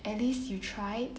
at least you tried